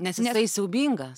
nes jisai siaubingas